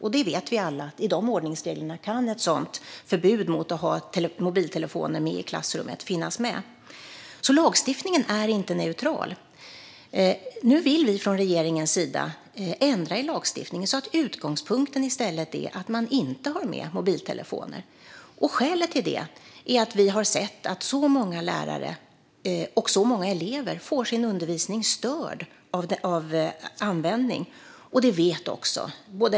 Vi vet alla att ett förbud mot att ha mobiltelefoner i klassrummet kan finnas med i ordningsreglerna. Lagstiftningen är alltså inte neutral. Nu vill vi från regeringens sida ändra i lagstiftningen, så att utgångspunkten i stället är att man inte har med mobiltelefoner. Skälet till det är att vi har sett att många lärare och elever får sin undervisning störd av mobilanvändning.